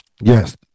yes